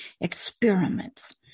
experiments